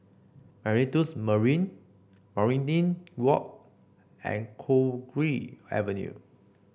Meritus Mandarin Waringin Walk and Cowdray Avenue